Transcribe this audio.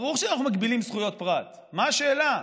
ברור שאנחנו מגבילים זכויות פרט, מה השאלה.